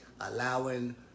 allowing